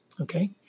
Okay